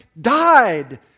died